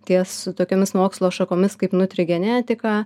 ties tokiomis mokslo šakomis kaip nutrigenetika